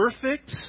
perfect